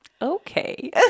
Okay